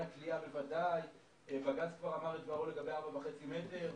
הכליאה ובג"צ כבר אמר את דברו לגבי ארבעה וחצי מטרים,